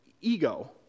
ego